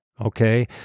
Okay